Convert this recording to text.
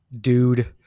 dude